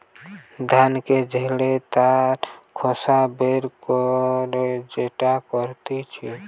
ধানকে ঝেড়ে তার খোসা বের করে যেটা করতিছে